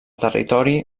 territori